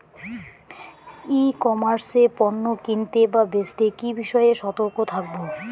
ই commerce এ পণ্য কিনতে বা বেচতে কি বিষয়ে সতর্ক থাকব?